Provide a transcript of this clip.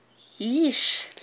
Yeesh